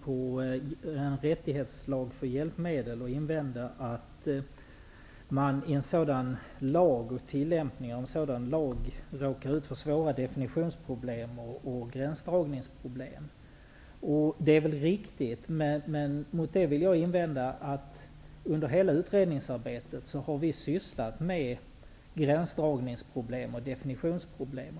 på en rättighetslag för hjälpmedel. Han invände att man vid tillämpningen av en sådan lag råkar ut för svåra definitionsproblem och gränsdragningsproblem. Det är riktigt. Men mot detta vill jag invända att vi under hela utredningsarbetet har arbetat med gränsdragningsproblem och definitionsproblem.